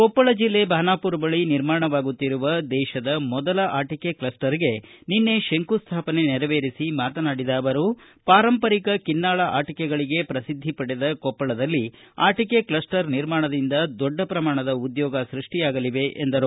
ಕೊಪ್ಪಳ ಜಿಲ್ಲೆ ಭಾನಾಪುರ ಬಳಿ ನಿರ್ಮಾಣವಾಗುತ್ತಿರುವ ದೇಶದ ಮೊದಲ ಆಟಕೆ ಕ್ಷಸ್ವರ್ಗೆ ನಿನ್ನೆ ಶಂಕುಸ್ವಾಪನೆ ನೆರವೇರಿಸಿ ಮಾತನಾಡಿದ ಅವರು ಪಾರಂಪರಿಕ ಕಿನ್ನಾಳ ಆಟಿಕೆಗಳಿಗೆ ಪ್ರಸಿದ್ದಿ ಪಡೆದ ಕೊಪ್ಪಳದಲ್ಲಿ ಆಟಿಕೆ ಕ್ಲಸ್ಸರ್ ನಿರ್ಮಾಣದಿಂದ ದೊಡ್ಡ ಪ್ರಮಾಣದ ಉದ್ಯೋಗ ಸೃಷ್ಟಿಯಾಗಲಿವೆ ಎಂದರು